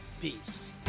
Peace